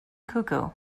cuckoo